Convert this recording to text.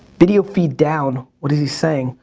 video feed down what is he saying?